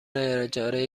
اجاره